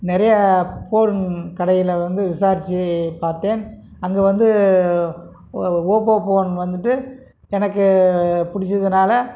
நிறைய போன் கடையில் வந்து விசாரிச்சு பார்த்தேன் அங்கு வந்து ஓப்போ போன் வந்துட்டு எனக்கு பிடிச்சதுனால